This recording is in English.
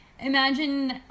Imagine